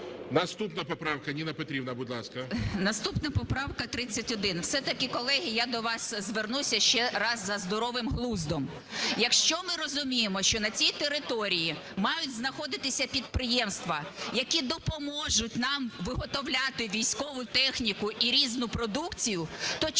Наступна поправка, Ніна Петрівна будь ласка.